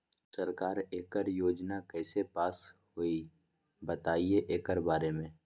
सरकार एकड़ योजना कईसे पास होई बताई एकर बारे मे?